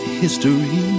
history